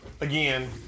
Again